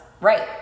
right